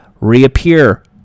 reappear